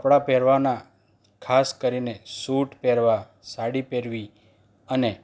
કપડાં પહેરવાના ખાસ કરીને સૂટ પહેરવા સાડી પહેરવી અને